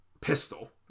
pistol